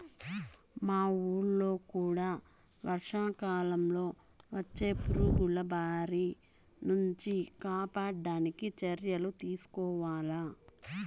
మా వూళ్ళో కూడా వర్షాకాలంలో వచ్చే పురుగుల బారి నుంచి కాపాడడానికి చర్యలు తీసుకోవాల